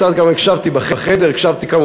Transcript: קצת הקשבתי גם בחדר.